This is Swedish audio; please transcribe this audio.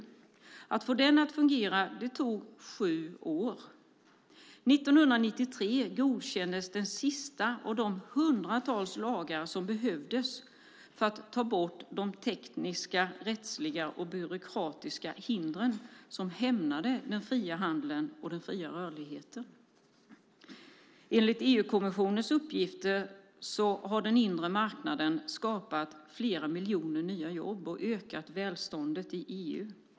Det tog sju år att få den att fungera. År 1993 godkändes den sista av de hundratals lagar som behövdes för att ta bort de tekniska, rättsliga och byråkratiska hinder som hämmade den fria handeln och den fria rörligheten. Enligt EU-kommissionens uppgifter har den inre marknaden skapat flera miljoner nya jobb och ökat välståndet i EU.